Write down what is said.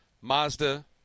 Mazda